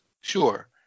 Sure